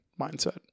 mindset